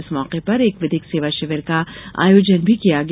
इस मौके पर एक विधिक सेवा शिविर का आयोजन भी किया गया